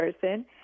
person